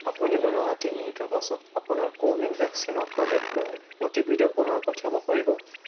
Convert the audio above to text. আপুনি ঊনষাঠি মিনিটৰ পাছত আপোনাৰ কোৱিন একাউণ্টত প্ৰৱেশ কৰাৰ অ'টিপিটো পুনৰ পঠিয়াব পাৰিব